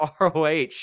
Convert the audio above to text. ROH